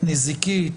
נזיקית